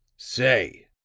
say,